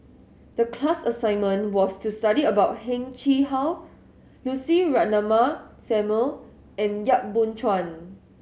the class assignment was to study about Heng Chee How Lucy Ratnammah Samuel and Yap Boon Chuan